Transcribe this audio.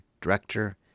director